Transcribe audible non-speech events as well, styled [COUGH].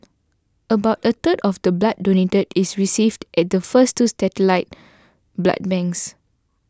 about a third of the blood donated is received at the first two satellite [NOISE] blood banks